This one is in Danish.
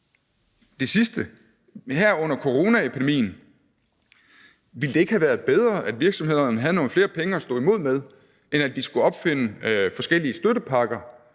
det sidste her under coronaepidemien: Ville det ikke have været bedre, at virksomhederne havde nogle flere penge at stå imod med, end at man skulle opfinde forskellige støttepakker